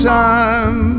time